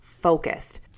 focused